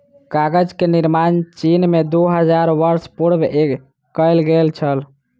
कागज के निर्माण चीन में दू हजार वर्ष पूर्व कएल गेल छल